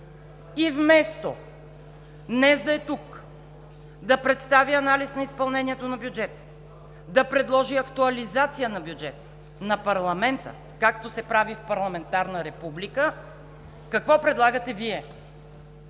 И вместо днес да е тук, да представи анализ на изпълнението на бюджета, да предложи актуализация на бюджета на парламента, както се прави в парламентарна република, какво предлагате Вие?